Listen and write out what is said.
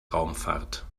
raumfahrt